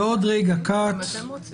בעוד רגע קט